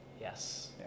Yes